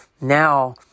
now